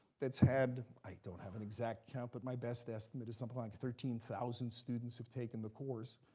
that's had i don't have an exact count, but my best estimate is something like thirteen thousand students have taken the course,